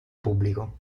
pubblico